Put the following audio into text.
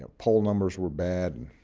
ah poll numbers were bad